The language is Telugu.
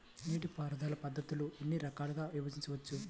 నీటిపారుదల పద్ధతులను ఎన్ని రకాలుగా విభజించవచ్చు?